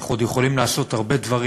אנחנו עוד יכולים לעשות הרבה דברים.